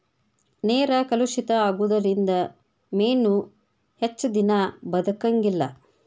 ನೇರ ಕಲುಷಿತ ಆಗುದರಿಂದ ಮೇನು ಹೆಚ್ಚದಿನಾ ಬದಕಂಗಿಲ್ಲಾ